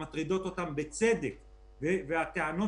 עכשיו בדיוק